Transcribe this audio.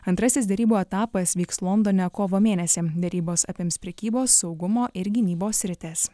antrasis derybų etapas vyks londone kovo mėnesį derybos apims prekybos saugumo ir gynybos sritis